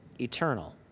eternal